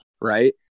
right